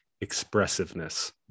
expressiveness